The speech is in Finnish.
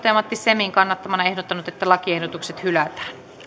matti semin kannattamana ehdottanut että lakiehdotukset hylätään